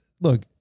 look